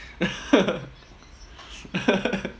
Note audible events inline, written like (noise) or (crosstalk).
(laughs)